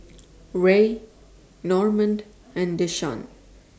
Ray Normand and Deshaun